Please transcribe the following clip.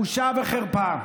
בושה וחרפה.